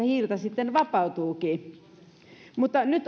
hiiltä sitten vapautuukin mutta nyt